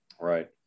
Right